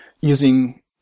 using